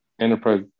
enterprise